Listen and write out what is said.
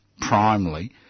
primarily